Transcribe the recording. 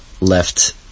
left